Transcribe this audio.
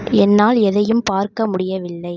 என்னால் எதையும் பார்க்க முடியவில்லை